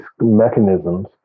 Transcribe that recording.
mechanisms